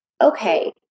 Okay